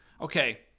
okay